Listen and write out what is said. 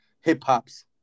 hip-hop's